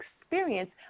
experience